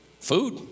food